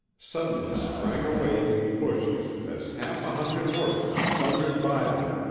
suddenly sprang away into the bushes as half a hundred horsemen thundered by them,